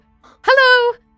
Hello